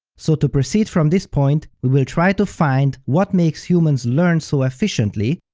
so to proceed from this point, we will try to find what makes humans learn so efficiently,